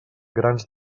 grans